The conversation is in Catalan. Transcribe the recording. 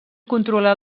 controlar